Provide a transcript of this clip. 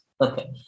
Okay